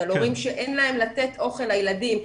על הורים שאין להם לתת אוכל לילדים,